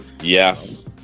Yes